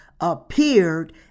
appeared